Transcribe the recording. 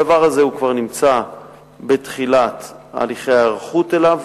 הדבר הזה כבר נמצא בתחילת הליכי היערכות אליו,